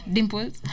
Dimples